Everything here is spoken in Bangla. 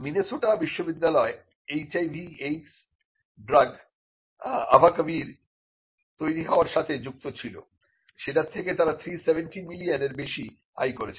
মিনেসোটা বিশ্ববিদ্যালয় HIV এইডস ড্রাগ আবাকবির তৈরি হওয়ার সাথে যুক্ত ছিল সেটার থেকে তারা 370 মিলিয়ন বেশি আয় করেছে